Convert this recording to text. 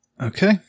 Okay